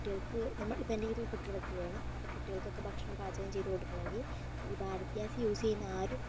കുട്ടികൾക്ക് നമ്മൾ ഇപ്പൊൾ എന്റെ വീട്ടില് കുട്ടികളൊക്കെ ഇള്ളതാണ് അപ്പൊൾ കുട്ടികൾക്കൊക്കെ ഭക്ഷണം പാചകം ചെയ്തു കൊടുക്കണമെങ്കിൽ ഈ ഭാരത് ഗ്യാസ് യൂസ് ചെയ്യുന്ന ആരും